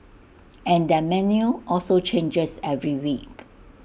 and their menu also changes every week